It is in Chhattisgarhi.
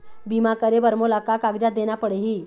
बीमा करे बर मोला का कागजात देना पड़ही?